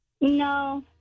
No